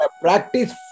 Practice